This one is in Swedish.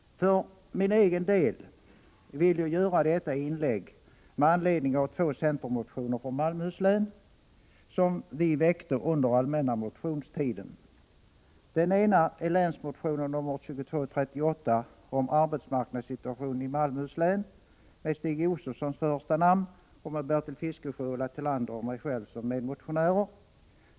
För egen del vill jag göra detta inlägg med anledning av två centermotioner från Malmöhus län, som vi väckte under den allmänna motionstiden. Den ena är länsmotionen, nr 2238, om arbetsmarknadssituationen i Malmöhus län, med Stig Josefson som första namn och Bertil Fiskesjö, Ulla Tillander och mig själv som medmotionärer.